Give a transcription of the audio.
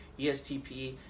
ESTP